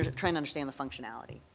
trying to understand the functionality.